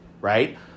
right